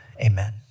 Amen